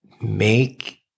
make